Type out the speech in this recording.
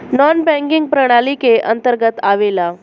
नानॅ banking प्रणाली के अंतर्गत आवेला